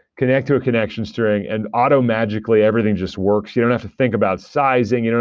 connect to a connections string an auto-magically everything just works. you don't have to think about sizing. you know